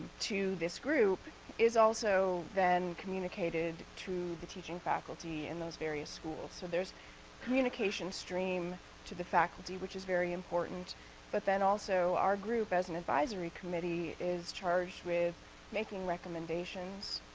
to this group is also then communicated to the teaching faculty in those various schools. so there's communication stream to the faculty which is very important but then also our group as an advisory committee is charged with making recommendations